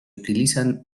utilizan